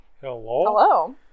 Hello